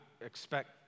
expect